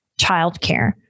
childcare